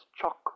chalk